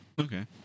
Okay